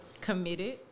committed